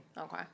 Okay